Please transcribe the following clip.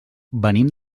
venim